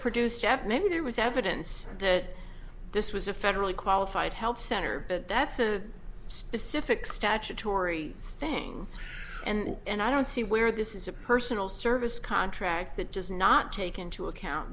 produced step maybe there was evidence that this was a federally qualified health center but that's a specific statutory thing and i don't see where this is a personal service contract that does not take into account